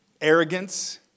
arrogance